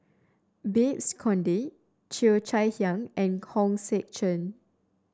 Babes Conde Cheo Chai Hiang and Hong Sek Chern